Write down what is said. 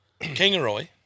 Kingaroy